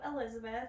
Elizabeth